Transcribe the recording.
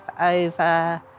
over